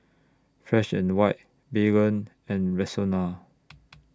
Fresh and White Baygon and Rexona